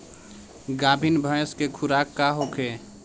गाभिन भैंस के खुराक का होखे?